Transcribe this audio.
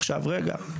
עכשיו רגע,